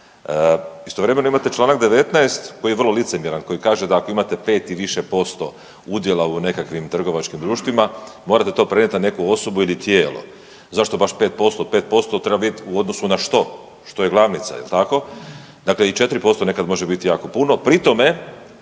Istovremeno imate čl.19. koji je vrlo licemjeran koji kaže da ako imate 5 ili više % udjela u nekakvim trgovačkim društvima morate to prenijeti na nekakvu osobu ili tijelo. Zašto baš 5%. 5% treba bit u odnosu na što, što je glavnica, jel tako. Dakle i 4% nekad može bit jako puno,